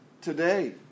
today